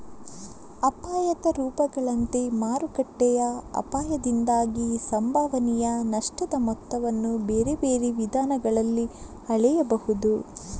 ಅಪಾಯದ ರೂಪಗಳಂತೆ ಮಾರುಕಟ್ಟೆಯ ಅಪಾಯದಿಂದಾಗಿ ಸಂಭವನೀಯ ನಷ್ಟದ ಮೊತ್ತವನ್ನು ಬೇರೆ ಬೇರೆ ವಿಧಾನಗಳಲ್ಲಿ ಅಳೆಯಬಹುದು